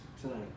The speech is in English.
tonight